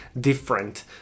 different